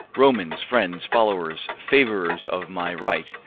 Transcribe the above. romans, friends, followers, favourers of my right,